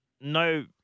no